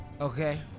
okay